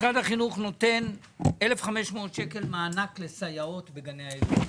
משרד החינוך נותן 1,500 שקלים מענק לסייעות בגני הילדים.